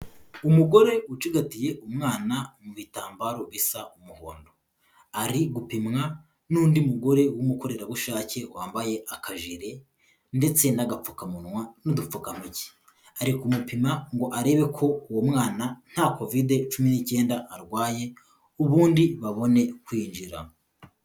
Umugore ucigatiye umwana mu bitambaro bisa umuhondo, ari gupimwa n'undi mugore w'umukorerabushake wambaye akajire ndetse n'agapfukamunwa n'udupfukantoki, ari kumupima ngo arebe ko uwo mwana nta kovide cumi n'icyenda arwaye ubundi babone kwinjira.